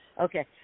Okay